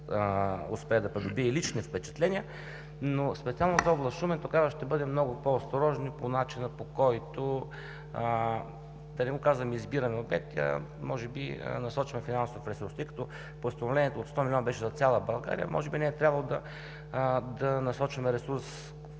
успея да придобия и лични впечатления. Но специално за област Шумен тогава ще бъдем много по-осторожни по начина, по който да не казвам „избираме обекти“, а може би „насочваме финансов ресурс“. Тъй като постановлението от 100 млн. лв. беше за цяла България, може би не е трябвало да насочваме ресурс